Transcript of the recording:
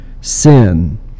sin